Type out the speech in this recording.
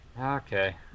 Okay